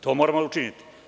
To moramo učiniti.